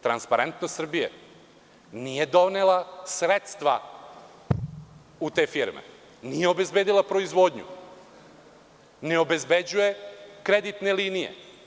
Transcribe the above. Transparentnost Srbije“ nije donela sredstva u te firme, nije obezbedila proizvodnju, ne obezbeđuje kreditne linije.